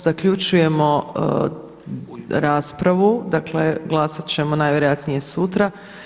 Zaključujemo raspravu, dakle glasat ćemo najvjerojatnije sutra.